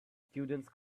students